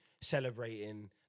celebrating